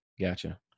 Gotcha